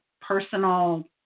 personal